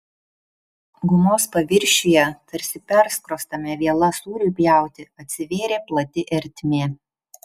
gumos paviršiuje tarsi perskrostame viela sūriui pjauti atsivėrė plati ertmė